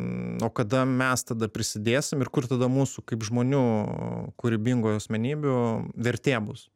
o kada mes tada prisidėsim ir kur tada mūsų kaip žmonių kūrybingų asmenybių vertė bus